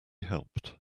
helped